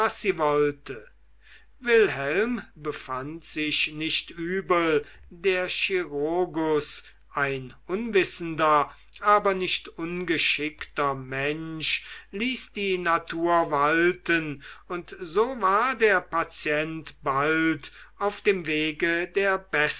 sie wollte wilhelm befand sich nicht übel der chirurgus ein unwissender aber nicht ungeschickter mensch ließ die natur walten und so war der patient bald auf dem wege der